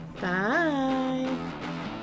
Bye